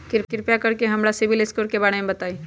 कृपा कर के हमरा सिबिल स्कोर के बारे में बताई?